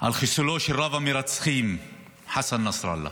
על חיסולו של רב-המרצחים חסן נסראללה.